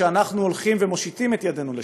כשאנחנו הולכים ומושיטים את ידנו לשלום.